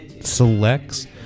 Selects